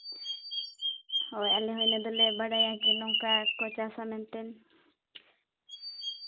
ᱦᱳᱭ ᱟᱞᱮ ᱦᱚᱸ ᱤᱱᱟᱹ ᱫᱚᱞᱮ ᱵᱟᱰᱟᱭᱟ ᱠᱤ ᱱᱚᱝᱠᱟ ᱠᱚ ᱪᱟᱥᱼᱟ ᱢᱮᱱᱛᱮ